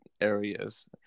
areas